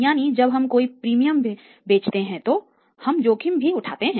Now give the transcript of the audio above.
यानी जब हम कोई प्रीमियम भेजते हैं तो हम जोखिम भी उठाते है